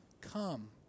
Come